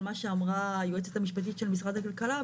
מה שאמרה היועצת המשפטית של משרד הכלכלה.